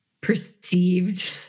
perceived